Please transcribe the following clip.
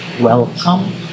welcome